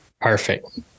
Perfect